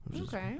Okay